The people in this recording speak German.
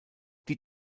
die